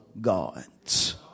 gods